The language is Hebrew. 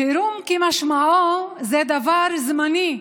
חירום כמשמעו זה דבר זמני,